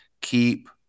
Keep